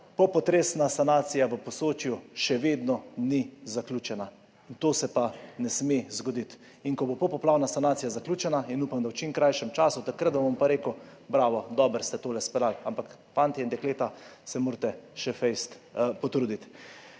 popotresna sanacija še vedno ni zaključena. To se pa ne sme zgoditi. Ko bo poplavna sanacija zaključena, in upam, da v čim krajšem času, takrat vam bom pa rekel, bravo, dobro ste to izpeljali, ampak fantje in dekleta se morate še zalo potruditi.